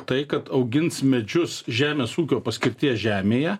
tai kad augins medžius žemės ūkio paskirties žemėje